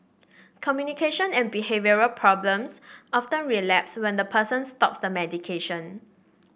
communication and behavioural problems often relapse when the person stops the medication